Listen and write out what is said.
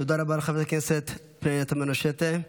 תודה רבה לחברת הכנסת תמנו שטה.